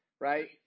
Right